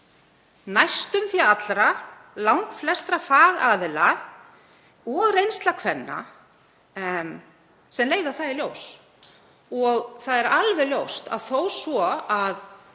næstum því allra, langflestra, fagaðila og reynsla kvenna leiðir það í ljós. Það er alveg ljóst að þó svo að